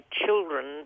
children